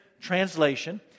Translation